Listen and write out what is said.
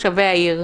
שלך.